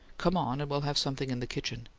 come on and we'll have something in the kitchen.